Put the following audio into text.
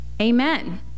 Amen